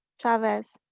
chavez,